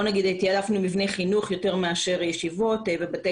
תעדפנו מבני חינוך יותר מאשר ישיבות ובתי